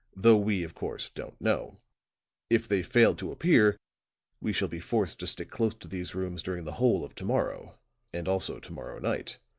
though we, of course, don't know if they fail to appear we shall be forced to stick close to these rooms during the whole of to-morrow and also to-morrow night.